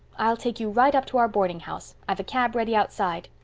i'll take you right up to our boardinghouse. i've a cab ready outside.